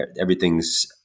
everything's